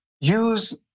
use